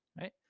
right